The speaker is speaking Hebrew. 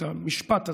את המשפט הזה.